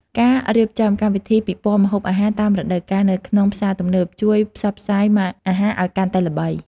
ការរៀបចំកម្មវិធីពិព័រណ៍ម្ហូបអាហារតាមរដូវកាលនៅក្នុងផ្សារទំនើបជួយផ្សព្វផ្សាយម៉ាកអាហារឱ្យកាន់តែល្បី។